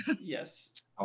Yes